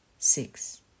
Six